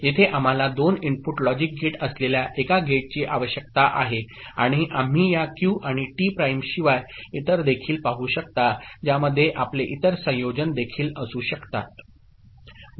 येथे आम्हाला 2 input logic gate असलेल्या एका गेटची आवश्यकता आहे आणि आम्ही या क्यू आणि टी प्राइमशिवाय इतर देखील पाहू शकता ज्यामध्ये आपले इतर संयोजन देखील असू शकतात